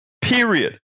period